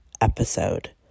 episode